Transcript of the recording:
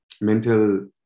mental